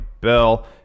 Bell